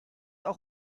auch